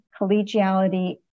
collegiality